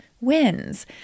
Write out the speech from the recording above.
wins